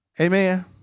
Amen